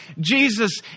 Jesus